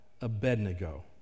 Abednego